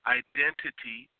identity